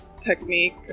technique